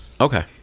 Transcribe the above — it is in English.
Okay